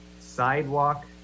sidewalk